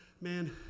man